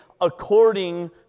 according